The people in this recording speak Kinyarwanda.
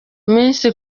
miss